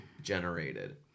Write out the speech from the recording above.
generated